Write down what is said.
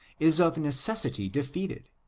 is of necessity defeated,